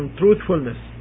truthfulness